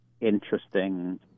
interesting